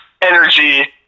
energy